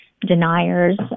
deniers